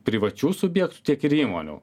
privačių subjektų tiek ir įmonių